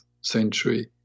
century